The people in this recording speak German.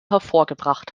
hervorgebracht